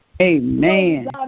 Amen